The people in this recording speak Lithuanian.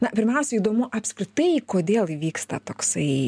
na pirmiausia įdomu apskritai kodėl įvyksta toksai